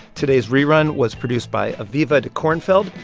today's rerun was produced by aviva dekornfeld.